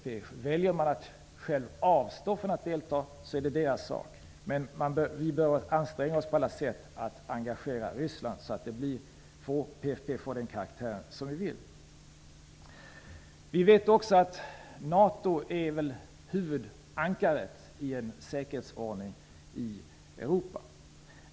Om Ryssland väljer att avstå från att delta är det Rysslands sak, men vi bör anstränga oss på alla sätt när det gäller att engagera Ryssland för att PFF skall få den karaktär som vi vill ha. Vi vet att NATO är huvudankaret i en säkerhetsordning i Europa.